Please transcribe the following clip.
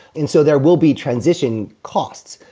and so there will be transition costs.